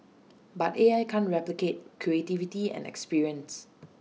but A I can't replicate creativity and experience